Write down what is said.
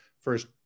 first